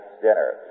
dinner